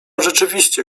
rzeczywiście